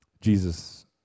Jesus